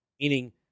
meaning